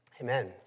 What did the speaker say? amen